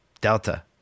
Delta